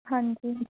ਹਾਂਜੀ